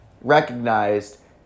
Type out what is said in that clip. recognized